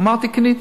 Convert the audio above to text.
אמרתי: קניתי.